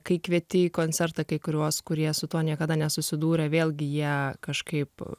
kai kvieti į koncertą kai kuriuos kurie su tuo niekada nesusidūrė vėlgi jie kažkaip